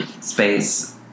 space